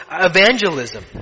evangelism